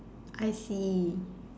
I see